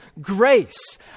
grace